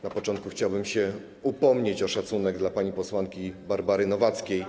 Na początku chciałbym się upomnieć o szacunek dla pani posłanki Barbary Nowackiej.